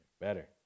Better